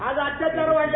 आज अत्याचार वाढले